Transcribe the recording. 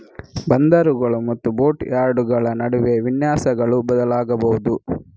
ಬಂದರುಗಳು ಮತ್ತು ಬೋಟ್ ಯಾರ್ಡುಗಳ ನಡುವೆ ವಿನ್ಯಾಸಗಳು ಬದಲಾಗಬಹುದು